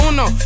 Uno